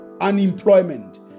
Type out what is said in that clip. unemployment